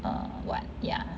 err what ya